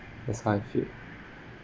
that's how I feel